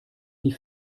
die